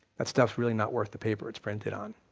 that stuff's really not worth the paper it's printed on.